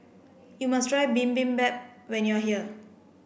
you must try Bibimbap when you are here